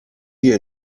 wir